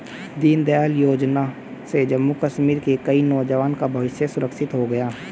दीनदयाल योजना से जम्मू कश्मीर के कई नौजवान का भविष्य सुरक्षित हो गया